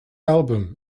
album